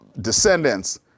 descendants